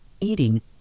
eating